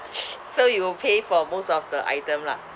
so you will pay for most of the item lah